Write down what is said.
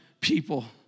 people